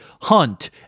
hunt